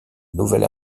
nouvel